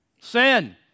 Sin